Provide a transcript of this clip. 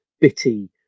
bitty